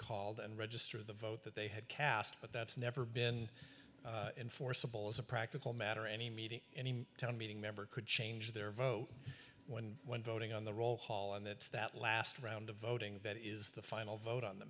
called and register the vote that they had cast but that's never been enforceable as a practical matter any meeting any town meeting member could change their vote when voting on the roll hall and that's that last round of voting that is the final vote on the